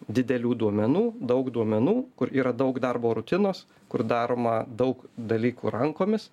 didelių duomenų daug duomenų kur yra daug darbo rutinos kur daroma daug dalykų rankomis